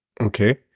Okay